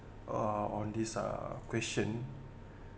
uh on this uh question